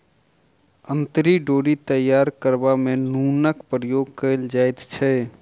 अंतरी डोरी तैयार करबा मे नूनक प्रयोग कयल जाइत छै